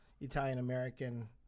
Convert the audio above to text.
Italian-American